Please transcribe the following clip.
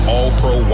All-Pro